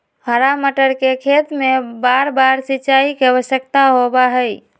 हरा मटर के खेत में बारबार सिंचाई के आवश्यकता होबा हई